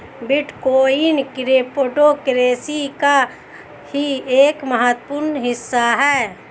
bitcoin cryptocurrency का ही एक महत्वपूर्ण हिस्सा है